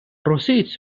proceeds